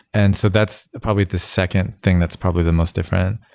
and so that's probably the second thing that's probably the most different.